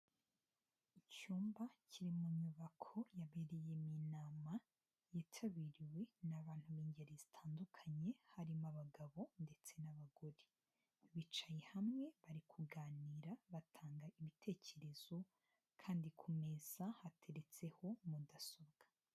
Icyumba kiri mu nyubako yabereyemo inama yitabiriwe n'abantu b'ingeri zitandukanye harimo abagabo ndetse n'abagore. Bicaye hamwe, bari kuganira batanga ibitekerezo kandi ku meza hateretseho mudasobwa.